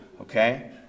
okay